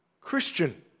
Christian